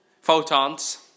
Photons